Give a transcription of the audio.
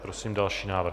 Prosím další návrh.